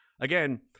again